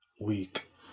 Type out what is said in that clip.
week